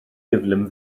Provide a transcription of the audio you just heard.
gyflym